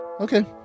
Okay